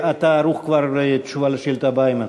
אתה ערוך לשאילתות הבאות?